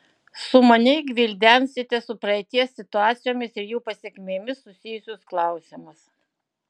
sumaniai gvildensite su praeities situacijomis ir jų pasekmėmis susijusius klausimus